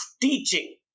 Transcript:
teaching